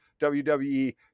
WWE